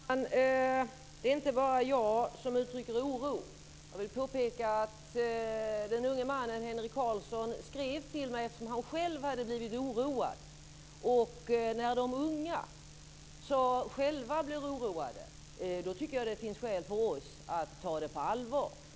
Fru talman! Det är inte bara jag som uttrycker oro. Jag vill påpeka att den unge mannen, Henric Carlsson, skrev till mig eftersom han själv hade blivit oroad. När de unga själva blir oroade tycker jag att det finns skäl för oss att ta det på allvar.